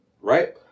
Right